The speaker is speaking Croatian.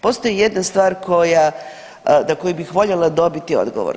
Postoji jedna stvar koja, na koju bih voljela dobiti odgovor.